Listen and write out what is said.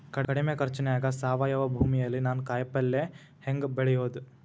ಕಡಮಿ ಖರ್ಚನ್ಯಾಗ್ ಸಾವಯವ ಭೂಮಿಯಲ್ಲಿ ನಾನ್ ಕಾಯಿಪಲ್ಲೆ ಹೆಂಗ್ ಬೆಳಿಯೋದ್?